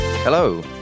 Hello